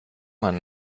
man